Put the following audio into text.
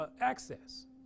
access